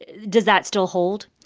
does that still hold?